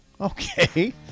Okay